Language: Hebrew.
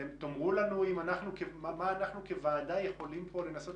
אתם תאמרו לנו מה אנחנו כוועדה יכולים לנסות